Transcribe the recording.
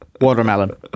Watermelon